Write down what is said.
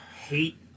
hate